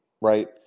right